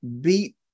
beat